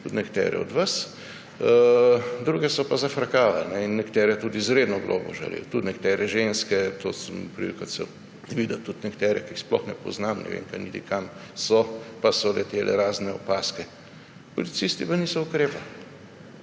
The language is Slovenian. tudi nekatere od vas, druge so pa zafrkavali, nekatere tudi izredno grobo žalili. Tudi nekatere ženske, to sem imel priliko videti, tudi nekatere, ki jih sploh ne poznam, ne vem niti, kdo so, pa so letele razne opazke. Policisti pa niso ukrepali.